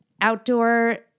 outdoor